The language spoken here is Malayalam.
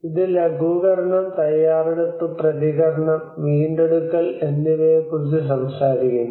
ഇത് ലഘൂകരണം തയ്യാറെടുപ്പ് പ്രതികരണം വീണ്ടെടുക്കൽ എന്നിവയെക്കുറിച്ച് സംസാരിക്കുന്നു